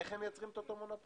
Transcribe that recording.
איך הם מייצרים את אותו מונופול?